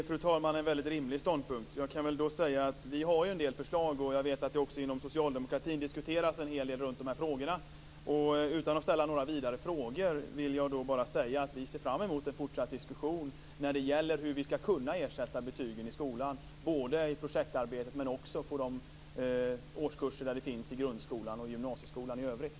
Fru talman! Det är en väldigt rimlig ståndpunkt. Jag kan säga att vi har en del förslag, och jag vet att det också inom socialdemokratin diskuteras en hel del kring dessa frågor. Utan att ställa några vidare frågor vill jag bara säga att vi ser fram emot en fortsatt diskussion om hur vi ska kunna ersätta betygen såväl på projektarbetet som i de årskurser i grundskolan där betyg finns och i gymnasieskolan i övrigt.